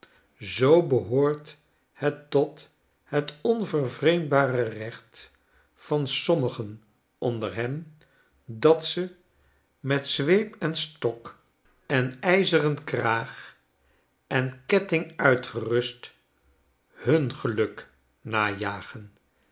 zoo behoort het tot het onvervreemdbare recht van sommigen onder hen dat ze met zweep en stok en yzerenkraagen ketting uitgerust hun geluk najagen